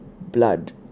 Blood